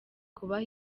kubaha